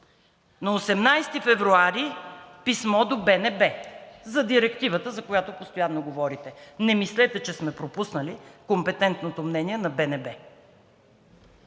На 18 февруари писмо до БНБ за директивата, за която постоянно говорите. Не мислете, че сме пропуснали компетентното мнение на БНБ.